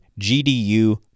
GDU